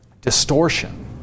distortion